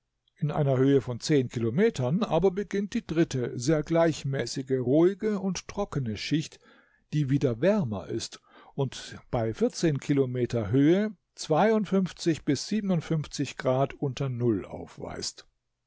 in einer höhe von kilometern aber beginnt die dritte sehr gleichmäßige ruhige und trockene schicht die wieder wärmer ist und bei kilometer höhe bis grad unter null aufweist